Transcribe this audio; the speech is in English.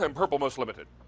and purple most limited.